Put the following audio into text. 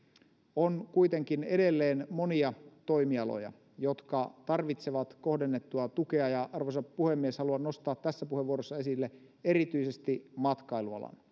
on kuitenkin edelleen monia toimialoja jotka tarvitsevat kohdennettua tukea ja arvoisa puhemies haluan nostaa tässä puheenvuorossa esille erityisesti matkailualan